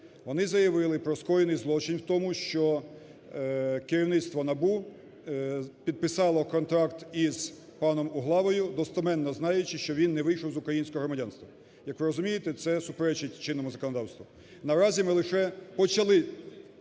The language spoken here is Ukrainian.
Вони заявили про скоєний злочин у тому, що керівництво НАБУ підписало контракт із паном Углавою, достеменно знаючи, що він не вийшов з українського громадянства. Як ви розумієте, це суперечить чинному законодавству. Наразі ми лише почали…